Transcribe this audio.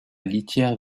litière